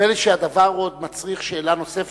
נדמה לי שהדבר מצריך שאלה נוספת,